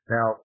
Now